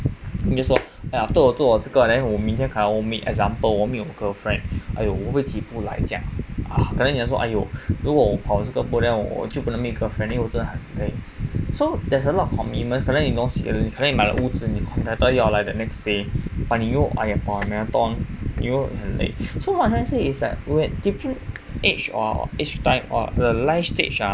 就是说 eh after 我做了这个 then 明天我可能要 meet example meet 我的 girlfriend !aiyo! 我会起不来这样可能你这样说 !aiyo! 如果我跑了这个步我就不能 meet girlfriend 因为我真的很累 so there's a lot of commitment 可能你东西了可能你买了屋子你 contractor 要来 the next day but 你又 !aiya! 跑了 marathon 你又很累 so what I'm trying to say is that when different age or age type err life stage ah